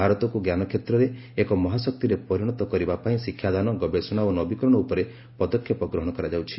ଭାରତକୁ ଜ୍ଞାନକ୍ଷେତ୍ରରେ ଏକ ମହାଶକ୍ତିରେ ପରିଣତ କରିବା ପାଇଁ ଶିକ୍ଷାଦାନ ଗବେଷଣା ଓ ନବୀକରଣ ଉପରେ ପଦକ୍ଷେପ ଗ୍ରହଣ କରାଯାଉଛି